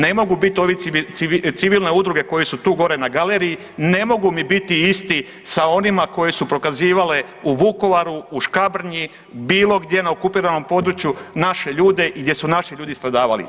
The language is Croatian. Ne mogu biti ovi civilne udruge koji su tu gore na galeriji ne mogu mi biti isti sa onima koje su prokazivale u Vukovaru, u Škabrnji bilo gdje na okupiranom području naše ljude i gdje su naši ljudi stradavali.